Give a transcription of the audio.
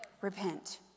repent